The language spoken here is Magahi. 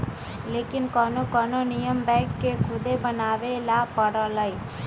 लेकिन कोनो कोनो नियम बैंक के खुदे बनावे ला परलई